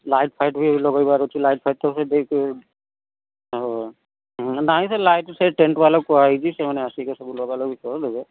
light ଫାଇଟ୍ ବି ଲଗେଇବାର ଅଛି ଲାଇଟ୍ ଫାଇଟ୍ ସେ ଦେଇଛି ନାହିଁ ସେ ଲାଇଟ୍ ଟେଣ୍ଟ ବାଲାକୁ କୁହାଯାଇଛି ସେମାନେ ଆସିକି ସବୁ ଲଗାଲଗି କରିଦେବେ